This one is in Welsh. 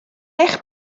eich